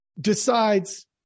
decides